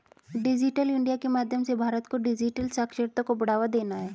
digital India के माध्यम से भारत को डिजिटल साक्षरता को बढ़ावा देना है